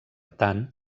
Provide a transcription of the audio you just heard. tant